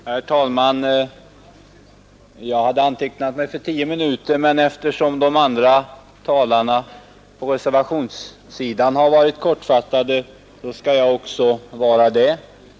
Herr talman! Jag har antecknat mig för ett anförande på tio minuter, men eftersom talarna på reservanternas sida har varit rätt kortfattade, skall också jag vara det.